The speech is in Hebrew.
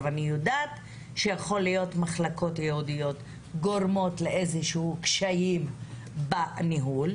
אני יודעת שיכול להיות שמחלקות ייעודיות גורמות לאיזשהם קשיים בניהול.